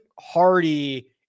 Hardy